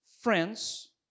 friends